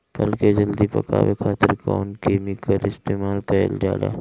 फल के जल्दी पकावे खातिर कौन केमिकल इस्तेमाल कईल जाला?